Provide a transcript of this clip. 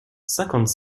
cinquante